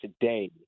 today